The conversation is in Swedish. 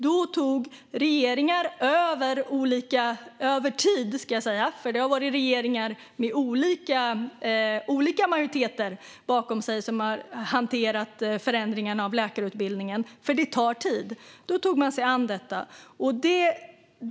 Då tog olika regeringar över tid - det har varit regeringar med olika majoriteter bakom sig som har hanterat förändringarna av läkarutbildningen, för det tar tid - sig an detta.